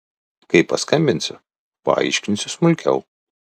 kai paskambinsiu paaiškinsiu smulkiau